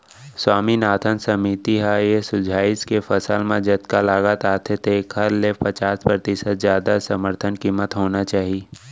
स्वामीनाथन समिति ह ए सुझाइस के फसल म जतका लागत आथे तेखर ले पचास परतिसत जादा समरथन कीमत होना चाही